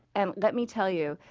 and let me tell you,